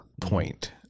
point